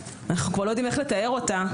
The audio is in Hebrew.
אנחנו כבר לא יודעים איך לתאר אותה.